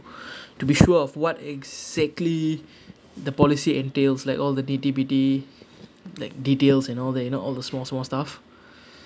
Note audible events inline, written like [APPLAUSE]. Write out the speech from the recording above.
[BREATH] to be sure of what exactly the policy entails like all the nitty gritty like details and all that you know all the small small stuff